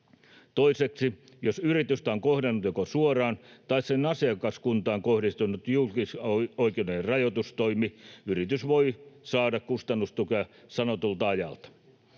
Toiseksi jos yritystä on kohdannut joko suoraan tai sen asiakaskuntaan on kohdistunut julkisoikeudellinen rajoitustoimi, yritys voi saada kustannustukea sanotulta ajalta.